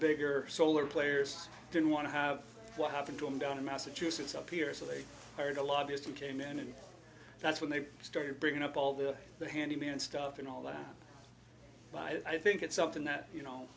bigger solar players didn't want to have what happened to him down in massachusetts up here so late hired a lobbyist who came in and that's when they started bringing up all the handyman stuff and all that but i think it's something that cou